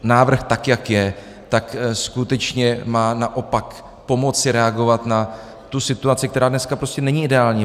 Návrh, tak jak je, má skutečně naopak pomoci reagovat na situaci, která dneska prostě není ideální.